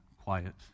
quiet